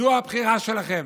זו הבחירה שלכם,